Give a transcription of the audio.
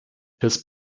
his